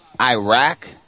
Iraq